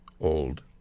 old